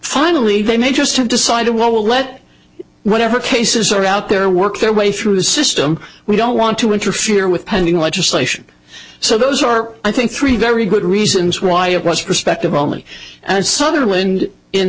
finally they may just have decided well we'll let whatever cases are out there work their way through the system we don't want to interfere with pending legislation so those are i think three very good reasons why it was prospective only and sutherland in